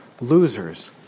losers